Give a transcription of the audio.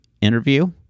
interview